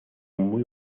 muy